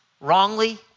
wrongly